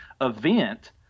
event